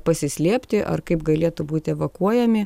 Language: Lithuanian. pasislėpti ar kaip galėtų būt evakuojami